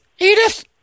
Edith